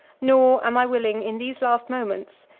nor am i willing, in these last moments,